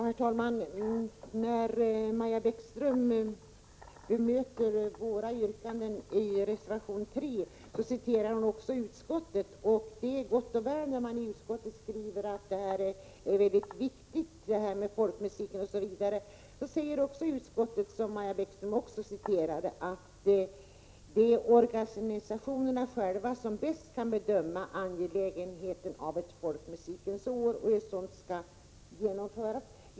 Herr talman! När Maja Bäckström bemötte våra yrkanden i reservation 3 citerade hon också utskottet. Det är gott och väl när utskottet skriver att folkmusik osv. är viktigt. Utskottet uttalar också — även det citerade Maja Bäckström — att organisationerna själva bäst kan bedöma hur angeläget det är med ett folkmusikens år och hur ett sådant skall genomföras.